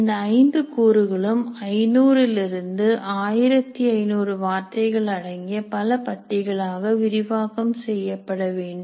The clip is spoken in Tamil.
இந்த ஐந்து கூறுகளும் 500 லிருந்து 1500 வார்த்தைகள் அடங்கிய பல பத்தி களாக விரிவாக்கம் செய்யப்பட வேண்டும்